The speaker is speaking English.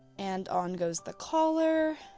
and on goes the collar.